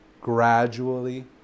gradually